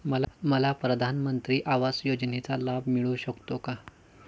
मला प्रधानमंत्री आवास योजनेचा लाभ मिळू शकतो का?